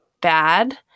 bad